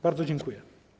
Bardzo dziękuję.